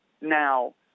now